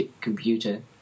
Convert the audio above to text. computer